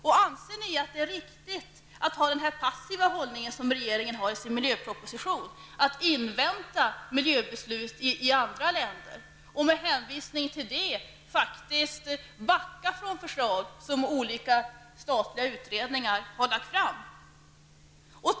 Och anser ni att det är riktigt med den passiva hållning som regeringen har i sin miljöproposition -- att invänta miljöbeslut i andra länder, och med hänvisning till det faktiskt backa från förslag som olika statliga utredningar har lagt fram?